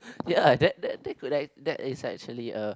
ya that that that could ac~ that is actually a